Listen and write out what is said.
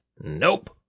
Nope